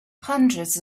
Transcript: hundreds